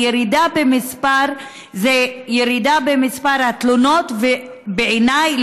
הירידה במספר זה ירידה במספר התלונות ובעיניי,